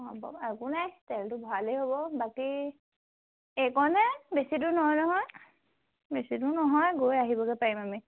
হ'ব বাৰু একো নাই তেলটো ভৰালেই হ'ব বাকী এইকণহে বেছি দূৰ নহয় নহয় বেছি দূৰ নহয় গৈ আহিবগে পাৰিম আমি